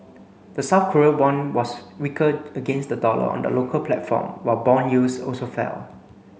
the South Korean won was weaker against the dollar on the local platform while bond yields also fell